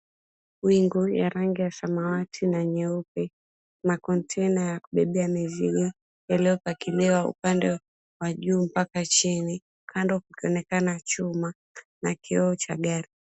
Wingu ya rangi ya samawati na nyeupe. Makontena ya kubebea mizigo iliyopakiliwa upande wa juu mpaka chini. Kando kukionekana chuma na kioo cha gari.